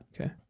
Okay